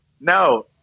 No